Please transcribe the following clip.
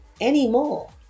anymore